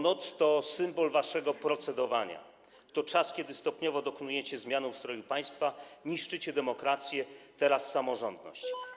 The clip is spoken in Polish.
Noc to symbol waszego procedowania, to czas, kiedy stopniowo dokonujecie zmiany ustroju państwa, niszczycie demokrację, a teraz samorządność.